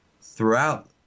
throughout